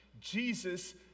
Jesus